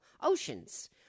oceans